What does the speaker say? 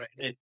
right